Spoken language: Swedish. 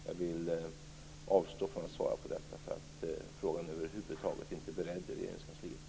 Jag vill avstå från att svara på detta, därför att frågan är över huvud taget inte beredd i Regeringskansliet.